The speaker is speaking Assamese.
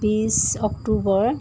বিশ অক্টোবৰ